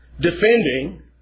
defending